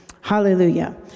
Hallelujah